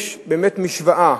יש באמת משוואה: